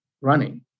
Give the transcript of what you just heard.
running